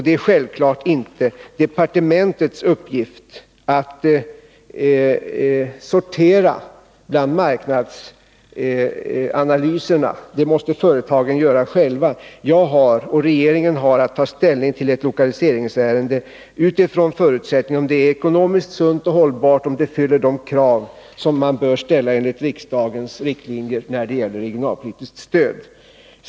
Det är självfallet inte departementets uppgift att sortera bland marknadsanalyserna. Det måste företagen göra själva. Jag, och regeringen, har att ta ställning till ett lokaliseringsärende med hänsyn till om det är ekonomiskt sunt och hållbart, om det uppfyller de krav som enligt riksdagens riktlinjer bör ställas när det gäller regionalpolitiskt stöd.